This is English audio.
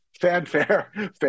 fanfare